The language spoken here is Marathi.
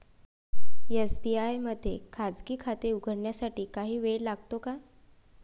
एस.बी.आय मध्ये खाजगी खाते उघडण्यासाठी काही वेळ लागतो का?